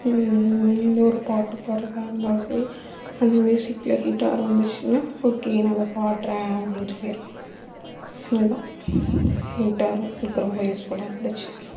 எந்த ஒரு பாட்டு பாட்றதாக இருந்தாலும் சரி அந்த நிமிஷத்தில் ஹிட்டார் இருந்திச்சுன்னா ஓகே நான் பாடுறேன் அப்படின்னு சொல்லிவிடுவேன் அவ்ளோ தான் ஹிட்டாரும் எனக்கு ரொம்ப யூஸ்ஃபுல்லாக இருந்திச்சு